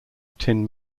tin